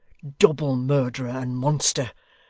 double murderer and monster,